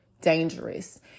dangerous